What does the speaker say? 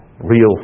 real